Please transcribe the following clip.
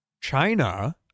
China